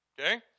Okay